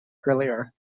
earlier